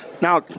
now